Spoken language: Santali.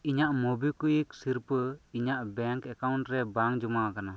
ᱤᱧᱟᱹᱜ ᱢᱩᱵᱤᱠᱩᱭᱤᱠ ᱥᱤᱨᱯᱟᱹ ᱤᱧᱟᱹᱜ ᱵᱮᱝᱠ ᱮᱠᱟᱣᱩᱱᱴ ᱨᱮ ᱵᱟᱝ ᱡᱚᱢᱟ ᱟᱠᱟᱱᱟ